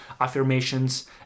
affirmations